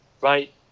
right